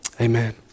amen